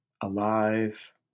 alive